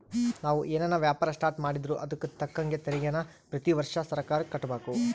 ನಾವು ಏನನ ವ್ಯಾಪಾರ ಸ್ಟಾರ್ಟ್ ಮಾಡಿದ್ರೂ ಅದುಕ್ ತಕ್ಕಂಗ ತೆರಿಗೇನ ಪ್ರತಿ ವರ್ಷ ಸರ್ಕಾರುಕ್ಕ ಕಟ್ಟುಬಕು